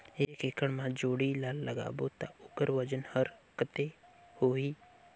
एक एकड़ मा जोणी ला लगाबो ता ओकर वजन हर कते होही?